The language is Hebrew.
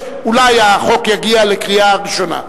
אולי החוק יגיע לקריאה ראשונה.